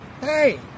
Hey